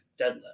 deadlift